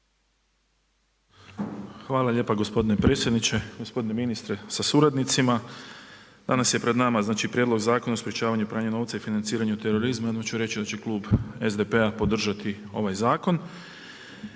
Hvala lijepa gospodine predsjedniče. Gospodine ministre sa suradnicima, danas je pred nama prijedlog Zakona o sprječavanju i pranju novca i financiranju terorizma, odmah ću reći da će Klub SDP-a podržati ovaj zakon,